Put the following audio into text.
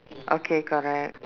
okay correct